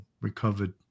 recovered